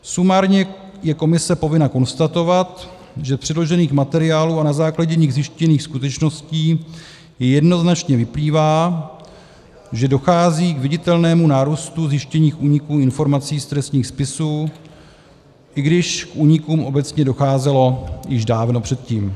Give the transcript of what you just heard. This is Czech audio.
Sumárně je komise povinna konstatovat, že z předložených materiálů a na základě z nich zjištěných skutečností jednoznačně vyplývá, že dochází k viditelnému nárůstu zjištěných úniků informací z trestních spisů, i když k únikům obecně docházelo již dávno předtím.